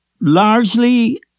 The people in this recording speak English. largely